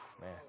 man